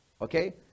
okay